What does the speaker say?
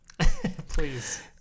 Please